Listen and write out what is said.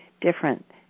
different